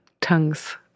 tongues